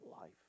life